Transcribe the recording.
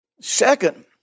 second